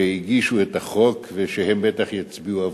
שהגישו את החוק ושהן בטח יצביעו עבורו.